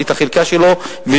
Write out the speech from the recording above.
את החלקה במקום ב-120,000 150,000,